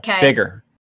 Bigger